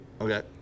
Okay